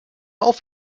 auf